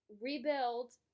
rebuild